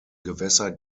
gewässer